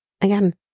Again